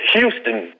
Houston